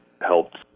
Helped